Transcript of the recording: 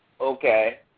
Okay